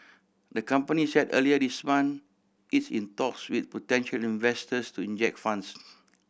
the company said earlier this month it's in talks with potential investors to inject funds